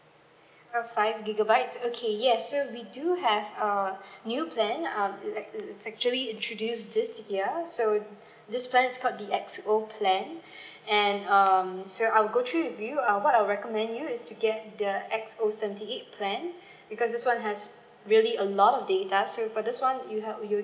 uh five gigabytes okay yes so we do have err new plan uh lik~ actually introduce this year so this plans is called the X_O plan and um so I'll go through with you uh what I'll recommend you is you get the X_O seventy eight plan because this one has really a lot of data so for this one you ha~ you